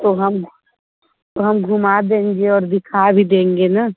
तो हम तो हम घुमा देंगे और दिखा भी देंगे न